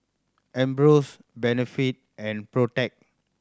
Ambros Benefit and Protex